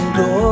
go